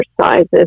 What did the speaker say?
sizes